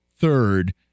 third